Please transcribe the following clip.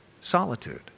solitude